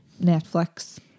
Netflix